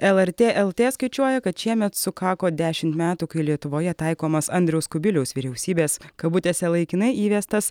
lrt lt skaičiuoja kad šiemet sukako dešimt metų kai lietuvoje taikomas andriaus kubiliaus vyriausybės kabutėse laikinai įvestas